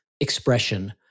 expression